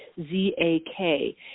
Z-A-K